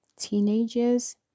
teenagers